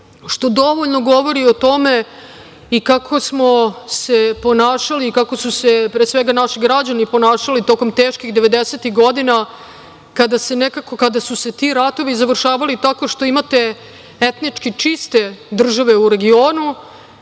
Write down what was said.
što dovoljno govori o tome i kako smo se ponašali i kako su se naši građani ponašali tokom teških 90-ih godina, kada su se ti ratovi završavali tako što imate etnički čiste države u regionu